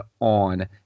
on